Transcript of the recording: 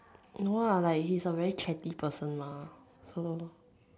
no ah like he's a very chatty person lah so